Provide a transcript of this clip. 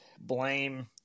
blame